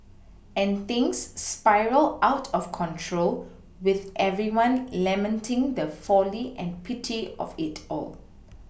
and things spiral out of control with everyone lamenting the folly and pity of it all